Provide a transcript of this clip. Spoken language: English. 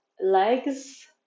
legs